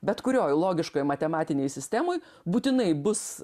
bet kurioj logiškoj matematinėj sistemoj būtinai bus